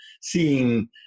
Seeing